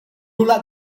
let